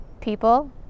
people